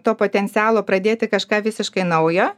to potencialo pradėti kažką visiškai naujo